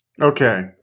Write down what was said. Okay